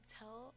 tell